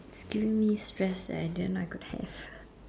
giving me stress that I didn't know I could have